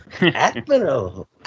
Admiral